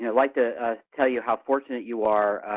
yeah like to tell you how fortunate you are,